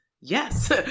Yes